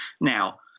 Now